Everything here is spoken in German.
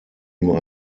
nur